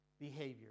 behavior